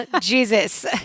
jesus